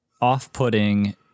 off-putting